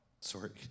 Sorry